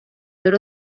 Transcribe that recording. oro